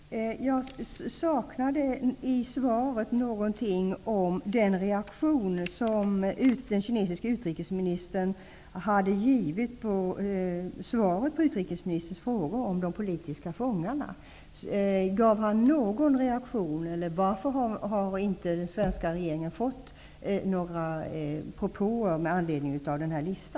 Herr talman! Jag saknade i svaret någonting om den kinesiska utrikesministerns reaktion på utrikesministerns frågor om de politiska fångarna. Visade han någon reaktion? Varför har inte den svenska regeringen fått några propåer med anledning av denna lista?